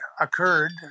occurred